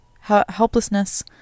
helplessness